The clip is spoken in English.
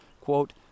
quote